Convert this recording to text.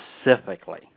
specifically